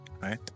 Right